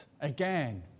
Again